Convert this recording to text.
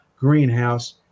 greenhouse